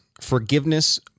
forgiveness